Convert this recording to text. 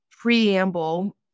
preamble